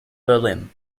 berlin